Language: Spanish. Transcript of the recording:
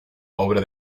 obra